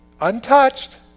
untouched